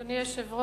אדוני היושב-ראש,